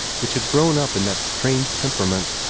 which had grown up in that strange temperament.